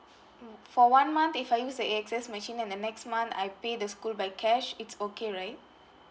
mm for one month if I use the A_X_S machine and the next month I pay the school by cash it's okay right